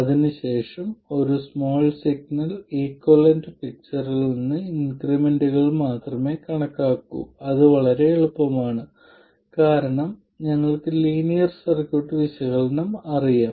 അതിനുശേഷം ഞങ്ങൾ small signal equivalent പിക്ച്ചറിൽ നിന്ന് ഇൻക്രിമെന്റുകൾ മാത്രമേ കണക്കാക്കൂ അത് വളരെ എളുപ്പമാണ് കാരണം ഞങ്ങൾക്ക് ലീനിയർ സർക്യൂട്ട് വിശകലനം അറിയാം